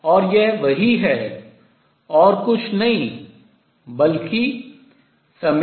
और यह वही है और कुछ नहीं बल्कि ∑